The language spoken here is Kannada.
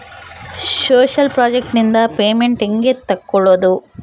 ಸೋಶಿಯಲ್ ಪ್ರಾಜೆಕ್ಟ್ ನಿಂದ ಪೇಮೆಂಟ್ ಹೆಂಗೆ ತಕ್ಕೊಳ್ಳದು?